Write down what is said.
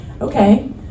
okay